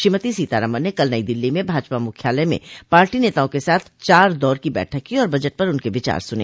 श्रीमती सीतारामन ने कल नई दिल्ली में भाजपा मुख्यालय में पार्टी नेताओं के साथ चार दौर की बैठक की और बजट पर उनके विचार सुने